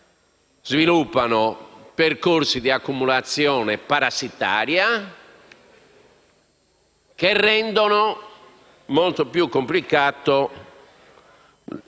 sviluppano percorsi di accumulazione parassitaria che rendono molto più complicato lo